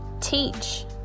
teach